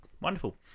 Wonderful